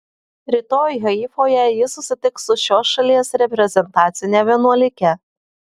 rytoj haifoje ji susitiks su šios šalies reprezentacine vienuolike